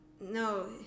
No